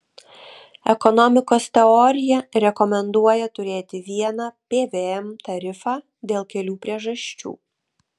ekonomikos teorija rekomenduoja turėti vieną pvm tarifą dėl kelių priežasčių